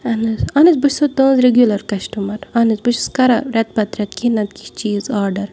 اَہن حظ بہٕ چھ سو تُہنٛز رِگوٗلر کَسٹمَر اَہن حظ بہٕ چھَس کران رٮ۪تہٕ پَتہٕ رٮ۪تہٕ کیٚنٛہہ نہ تہٕ کیٚنہہ چیٖز آرڈر